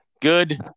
good